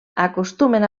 acostumen